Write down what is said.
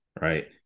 Right